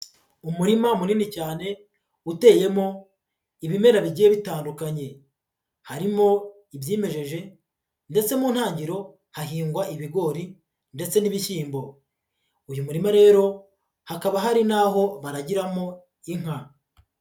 Umurima munini cyane uteyemo ibimera bigiye bitandukanye, harimo ibyimejeje ndetse mu ntangiro hahingwa ibigori ndetse n'ibishyimbo, uyu murima rero hakaba hari n'aho baragiramo inka.